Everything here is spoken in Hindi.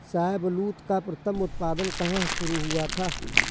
शाहबलूत का प्रथम उत्पादन कहां शुरू हुआ था?